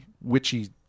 witchy